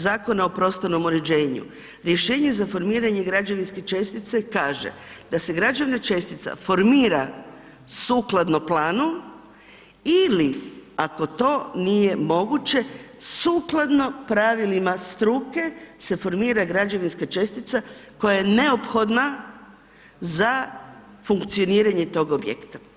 Zakona o prostornom uređenju rješenje za formiranje građevinske čestice kaže da se građevna čestica formira sukladno planu ili ako to nije moguće sukladno pravilima struke se formira građevinska čestica koja je neophodna za funkcioniranje tog objekta.